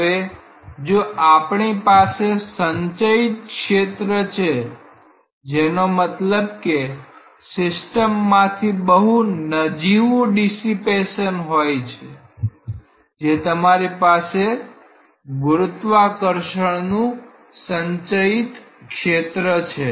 હવે જો આપણી પાસે સંચયિત ક્ષેત્ર છે જેનો મતલબ કે સિસ્ટમમાંથી બહુ નજીવું ડીસીપેશન હોય છે જે રીતે તમારી પાસે ગુરુત્વાકર્ષણનું સંચલિત ક્ષેત્ર છે